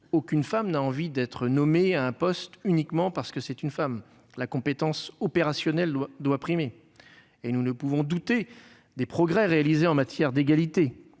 Aucune femme n'a envie d'être nommée à un poste uniquement parce qu'elle est une femme : la compétence opérationnelle doit primer. Nous ne pouvons douter des progrès réalisés en matière d'égalité.